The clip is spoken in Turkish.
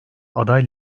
aday